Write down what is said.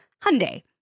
Hyundai